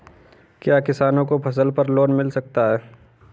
क्या किसानों को फसल पर लोन मिल सकता है?